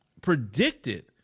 predicted